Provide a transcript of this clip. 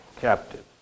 captive